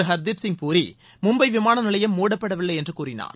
ஹர்தீப் சிங் பூரி மும்பை விமான நிலையம் மூடப்படவில்லை என்று கூறினார்